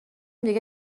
دیگه